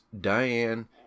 Diane